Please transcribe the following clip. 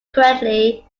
correctly